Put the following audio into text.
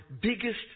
biggest